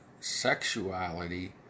sexuality